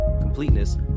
completeness